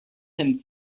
him